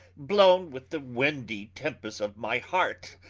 blowne with the windie tempest of my heart,